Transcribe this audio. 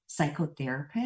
psychotherapist